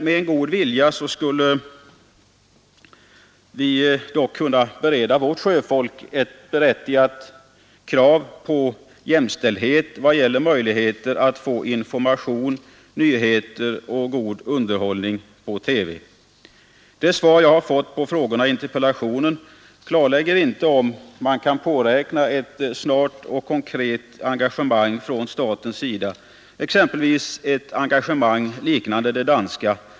Med god vilja skulle vi dock kunna tillmötesgå ett berättigat krav från vårt sjöfolk på jämställdhet vad gäller möjligheter att få information, nyheter och god underhållning på TV. Det svar jag har fått på frågorna i interpellationen klarlägger inte om man kan påräkna ett snart och konkret engagemang från statens sida för sjöfolket, exempelvis ett engagemang liknande det danska.